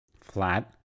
flat